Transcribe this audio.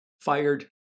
fired